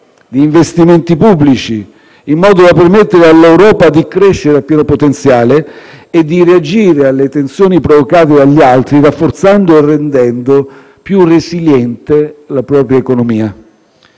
degli investimenti pubblici, in modo da permettere all'Europa di crescere a pieno potenziale e di reagire alle tensioni provocate dagli altri, rafforzando e rendendo più resiliente la propria economia.